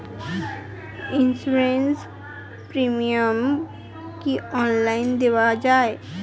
Insurance premium কি online দেওয়া যায়?